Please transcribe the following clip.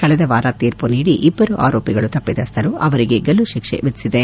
ಕಳೆದ ವಾರ ತೀರ್ಮ ನೀಡಿ ಇಬ್ಬರು ಆರೋಪಿಗಳು ತಪ್ಪಿತಸ್ವರು ಅವರಿಗೆ ಗಲ್ಲು ಶಿಕ್ಷೆ ವಿಧಿಸಿದೆ